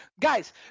guys